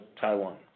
Taiwan